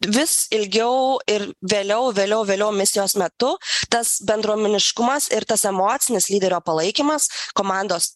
vis ilgiau ir vėliau vėliau vėliau misijos metu tas bendruomeniškumas ir tas emocinis lyderio palaikymas komandos